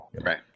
Right